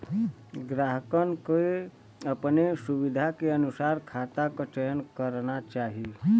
ग्राहकन के अपने सुविधा के अनुसार खाता क चयन करना चाही